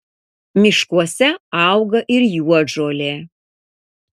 miškuose auga ir juodžolė